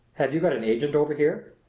have you got an agent over here?